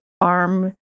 ARM